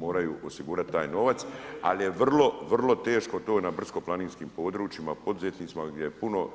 Moraju osigurat taj novac, al je vrlo, vrlo teško to na brdsko-planinskim područjima poduzetnicima gdje je puno